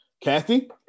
Kathy